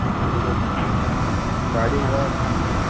मग अभिला बोलतो गाडी मला वाटतं आहे